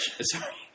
Sorry